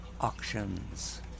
auctions